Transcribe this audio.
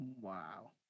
Wow